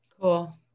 Cool